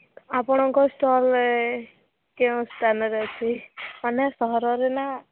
ଆପଣଙ୍କ ଷ୍ଟଲରେ କେଉଁ ସ୍ଥାନରେ ଅଛି ମାନେ ସହରରେ ନା